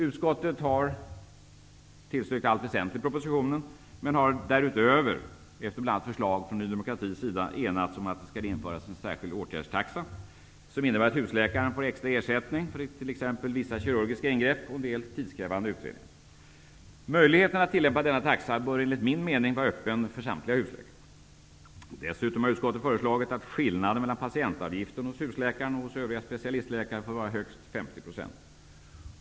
Utskottet har tillstyrkt allt väsentligt i propositionen men har därutöver -- efter bl.a. förslag från Ny demokrati -- enats om att det skall införas en särskild åtgärdstaxa, som innebär att husläkaren får extra ersättning för t.ex. vissa kirurgiska ingrepp och en del tidskrävande utredningar. Möjligheterna att tillämpa denna taxa bör enligt min mening vara öppen för samtliga husläkare. Dessutom har utskottet föreslagit att skillnaden mellan patientavgiften hos husläkaren och hos övriga specialistläkare får vara högst 50 %.